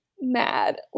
mad